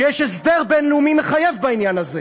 שיש הסדר בין-לאומי מחייב בעניין הזה.